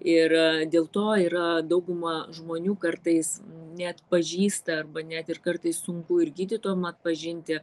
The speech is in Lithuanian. ir dėl to yra dauguma žmonių kartais neatpažįsta arba net ir kartais sunku ir gydytojam atpažinti